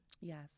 Yes